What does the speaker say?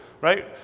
right